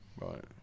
Right